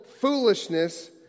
foolishness